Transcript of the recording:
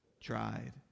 tried